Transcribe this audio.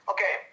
Okay